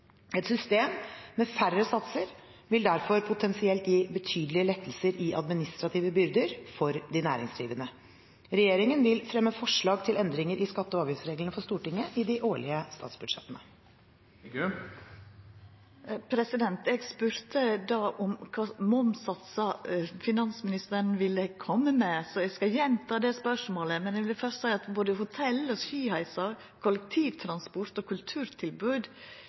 Et system med færre satser vil derfor potensielt gi betydelige lettelser i administrative byrder for de næringsdrivende. Regjeringen vil fremme forslag til endringer i skatte- og avgiftsreglene for Stortinget i de årlige statsbudsjettene. Eg spurde om kva momssatsar finansministeren vil komma med, så eg skal gjentaka det spørsmålet. Men fyrst vil eg seia at både hotell og skiheisar, kollektivtransport og